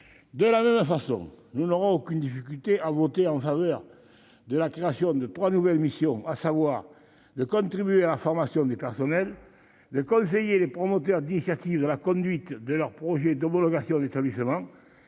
de la même façon, nous n'aurons aucune difficulté à voter en faveur de la création de 3 nouvelles missions, à savoir de contribuer à la formation des personnels. Le conseiller les promoteurs d'initiative de la conduite de leur projet d'homologation de l'établissement